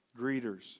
greeters